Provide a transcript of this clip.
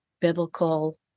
biblical